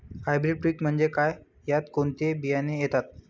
Hybrid पीक म्हणजे काय? यात कोणते बियाणे येतात?